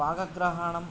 भागग्रहणम्